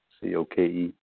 C-O-K-E